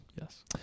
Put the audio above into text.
Yes